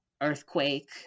earthquake